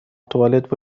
توالت